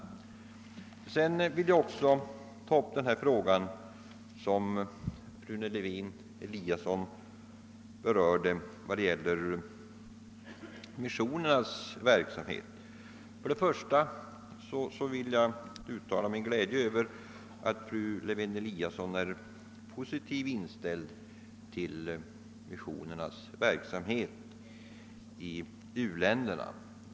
Sedan vill jag också ta upp den fråga som fru Lewén-Eliasson berörde, nämligen missionernas verksamhet, och då uttalar jag först min glädje över att fru Lewén-Eliasson är så positivt inställd till missionernas arbete i u-länderna.